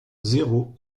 zéro